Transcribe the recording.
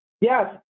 yes